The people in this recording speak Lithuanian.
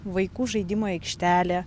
vaikų žaidimų aikštelė